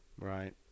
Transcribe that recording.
Right